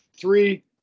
three